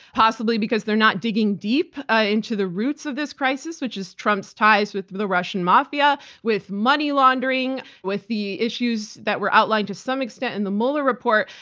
possibly because they're not digging deep ah into the roots of this crisis, which is trump's ties with the russian mafia, with money laundering, with the issues that were outlined to some extent in the mueller report.